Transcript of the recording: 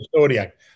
Zodiac